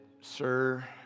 sir